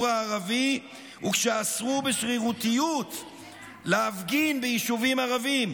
הערבי וכשאסרו בשרירותיות להפגין ביישובים ערביים?